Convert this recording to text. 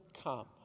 come